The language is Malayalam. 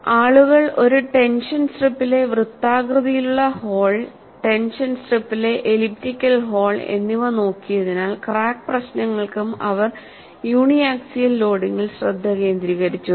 ആളുകൾ ഒരു ടെൻഷൻ സ്ട്രിപ്പിലെ വൃത്താകൃതിയിലുള്ള ഹോൾ ടെൻഷൻ സ്ട്രിപ്പിലെ എലിപ്റ്റിക്കൽ ഹോൾ എന്നിവ നോക്കിയതിനാൽ ക്രാക്ക് പ്രശ്നങ്ങൾക്കും അവർ യൂണി ആക്സിയൽ ലോഡിംഗിൽ ശ്രദ്ധ കേന്ദ്രീകരിച്ചു